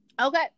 Okay